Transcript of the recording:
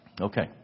Okay